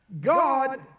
God